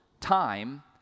time